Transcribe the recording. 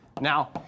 Now